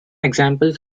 examples